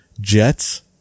jets